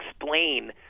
explain